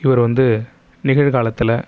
இவர் வந்து நிகழ்காலத்தில்